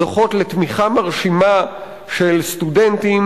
זוכות לתמיכה מרשימה של סטודנטים,